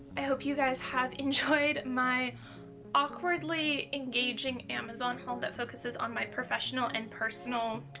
i hope you guys have enjoyed my awkwardly engaging amazon haul that focuses on my professional and personal